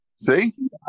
See